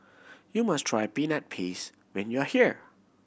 you must try Peanut Paste when you are here